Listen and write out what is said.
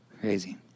Crazy